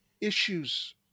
issues